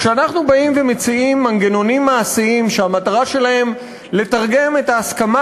כשאנחנו באים ומציעים מנגנונים מעשיים שהמטרה שלהם לתרגם את ההסכמה